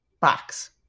box